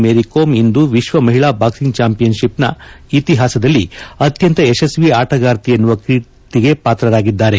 ಮೇರಿಕೋಮ್ ಇಂದು ವಿಶ್ವ ಮಹಿಳಾ ಬಾಕ್ಸಿಂಗ್ ಚಾಂಪಿಯನ್ಶಿಪ್ನ ಇತಿಹಾಸದಲ್ಲಿ ಅತ್ಯಂತ ಯಶಸ್ವಿ ಆಟಗಾರ್ತಿ ಎನ್ನುವ ಕೀರ್ತಿಗೆ ಪಾತ್ರರಾಗಿದ್ದಾರೆ